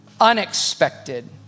unexpected